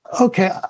okay